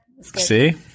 See